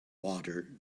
water